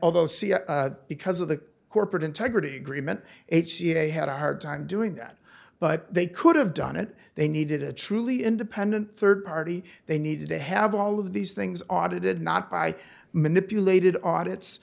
those because of the corporate integrity agreement h c a had a hard time doing that but they could have done it they needed a truly independent third party they needed to have all of these things audited not by manipulated audit